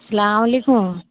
سلام علیکم